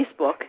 Facebook